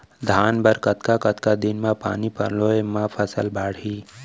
धान बर कतका कतका दिन म पानी पलोय म फसल बाड़ही?